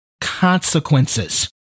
consequences